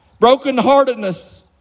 brokenheartedness